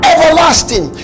Everlasting